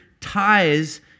ties